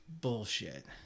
bullshit